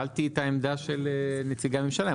שאלתי את העמדה של נציגי הממשלה,